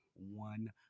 one